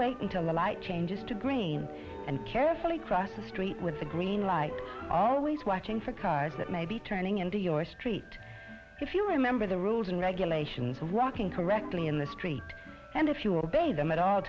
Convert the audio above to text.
wait until the light changes to green and carefully cross the street with the green light always watching for cars that may be turning into your street if you remember the rules and regulations working correctly in the street and if you're bade them at all